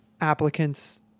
applicants